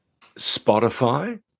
Spotify